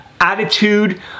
attitude